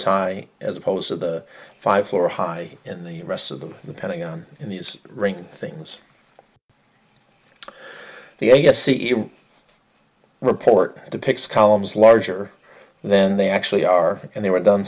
floors high as opposed to the five floor high in the rest of the pentagon in these ring things the i guess the report depicts columns larger then they actually are and they were done